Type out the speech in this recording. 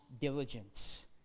diligence